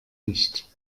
nicht